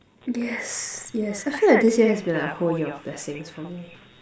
yes yes I feel like this year has been like a whole year of blessings for me